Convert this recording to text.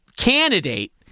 candidate